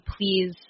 Please